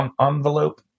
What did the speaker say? envelope